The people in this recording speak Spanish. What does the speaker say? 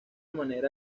manera